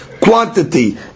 quantity